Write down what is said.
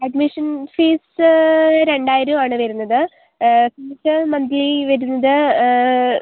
admission fees രണ്ടായിരം ആണ് വരുന്നത് ഫീസ് മന്തിലി വരുന്നത്